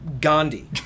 Gandhi